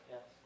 Yes